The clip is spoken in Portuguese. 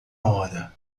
hora